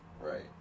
Right